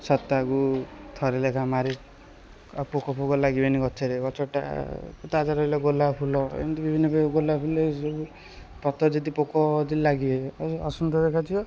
ସପ୍ତାହକୁ ଥରେ ଲେଖାଁ ମାରେ ଆଉ ପୋକଫୋକ ଲାଗିବେନି ଗଛରେ ଗଛଟା ତା' ଦେହରେ ହେଲେ ଗୋଲାପ ଫୁଲ ଏମିତି ବିଭିନ୍ନ ପ୍ରକାର ଗୋଲାପ ଫୁଲ ଏଇସବୁ ପତର ଯଦି ପୋକ ଯଦି ଲାଗିବେ ଆଉ ଅସୁନ୍ଦର ଦେଖାଯିବ